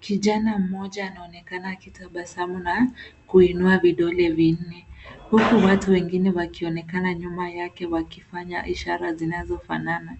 Kijana mmoja anaonekana akitabasamu na kuinua vidole vinne. Huku watu wengine wakionekana nyuma yake wakifanya ishara zinazofanana.